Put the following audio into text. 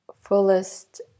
fullest